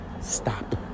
stop